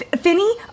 Finny